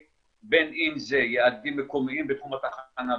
בין אם זה יעדים מקומיים בתחום התחנה,